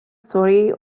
story